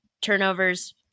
turnovers